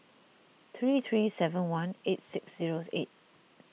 three three seven one eight six zero eight